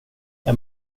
jag